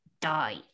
die